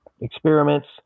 experiments